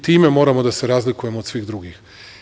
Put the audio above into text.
Time moramo da se razlikujemo od svih drugih.